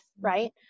right